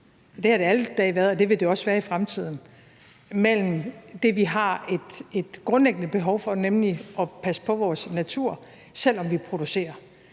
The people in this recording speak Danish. det har det alle dage været, og det vil det også være i fremtiden – mellem det, vi har et grundlæggende behov for, nemlig at passe på vores natur, selv om vi producerer.